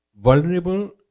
Vulnerable